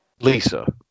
Lisa